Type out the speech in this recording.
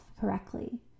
correctly